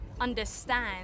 understand